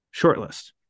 shortlist